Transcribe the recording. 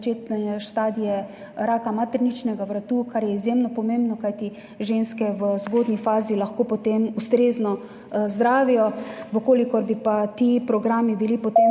začetne stadije raka materničnega vratu, kar je izjemno pomembno, kajti ženske v zgodnji fazi lahko potem ustrezno zdravijo. Če bi pa bili ti programi potem